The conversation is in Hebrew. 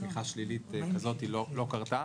צמיחה שלילית כזו לא קרתה.